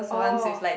orh